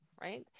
right